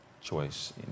choice